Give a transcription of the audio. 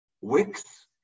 wicks